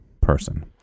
person